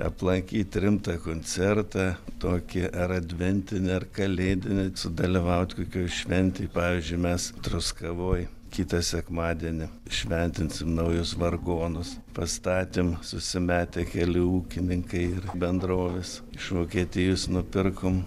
aplankyt rimtą koncertą tokį ar adventinį ar kalėdinį sudalyvaut kokioj šventėj pavyzdžiui mes truskavoj kitą sekmadienį šventinsim naujus vargonus pastatėm susimetę keli ūkininkai ir bendrovės iš vokietijos nupirkom